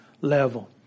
level